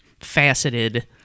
faceted